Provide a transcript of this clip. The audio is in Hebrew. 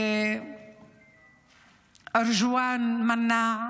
-- מוחמד נעים, ארג'ואן מנאע,